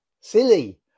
silly